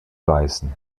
weißen